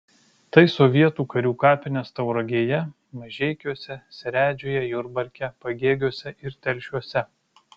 tai sovietų karių kapinės tauragėje mažeikiuose seredžiuje jurbarke pagėgiuose ir telšiuose